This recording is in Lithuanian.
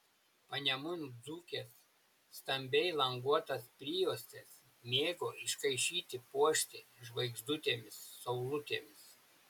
panemunių dzūkės stambiai languotas prijuostes mėgo iškaišyti puošti žvaigždutėmis saulutėmis